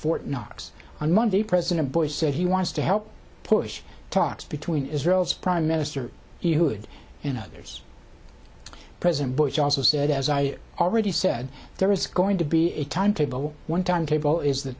fort knox on monday president bush said he wants to help push talks between israel's prime minister the hood and others president bush also said as i already said there is going to be a time table one time table is the